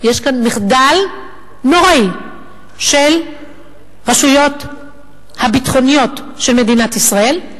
יש כאן מחדל נוראי של הרשויות הביטחוניות של מדינת ישראל,